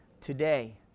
today